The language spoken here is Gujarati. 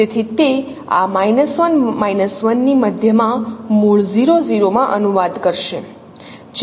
તેથી તે આ 1 1 ની મધ્યમાં મૂળ 0 0 માં અનુવાદ કરશે જે ડિસ્ક ને અસર કરે છે